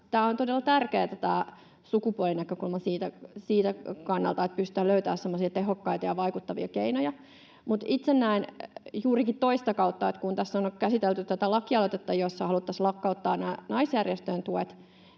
tärkeä sukupuolinäkökulma siltä kannalta, että pystytään löytämään semmoisia tehokkaita ja vaikuttavia keinoja. Mutta itse näen juurikin toista kautta. Kun tässä on nyt käsitelty tätä lakialoitetta, jossa haluttaisiin lakkauttaa naisjärjestöjen tuet,